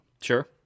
Sure